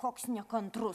koks nekantrus